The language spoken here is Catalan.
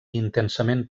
intensament